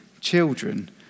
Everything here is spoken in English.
children